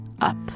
Up